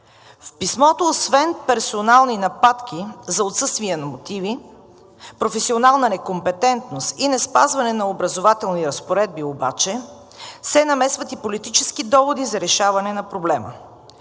В писмото освен персонални нападки за отсъствие на мотиви, професионална некомпетентност и неспазване на образователни разпоредби обаче се намесват и политически доводи за решаване на проблема.